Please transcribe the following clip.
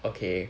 okay